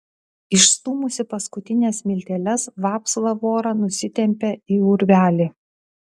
išstūmusi paskutines smilteles vapsva vorą nusitempią į urvelį